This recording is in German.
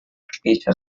spielte